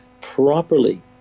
properly